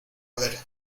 ver